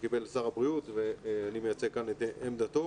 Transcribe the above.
קיבל שר הבריאות ואני מייצג כאן את עמדתו.